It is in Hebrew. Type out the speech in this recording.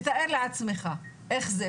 תתאר לעצמך איך זה.